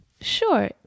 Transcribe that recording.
sure